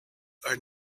are